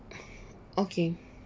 okay